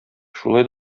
шулай